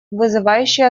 вызывающе